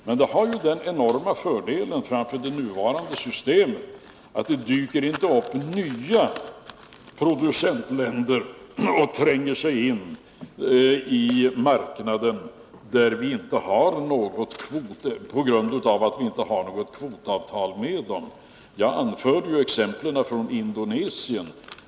Men en globalkvotering har den enorma fördelen framför det nuvarande systemet att det inte dyker upp nya producentländer och tränger sig in på marknaden på grund av att vi inte har något kvotavtal med dem. Jag anförde exemplen från Indonesien.